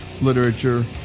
literature